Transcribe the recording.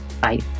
bye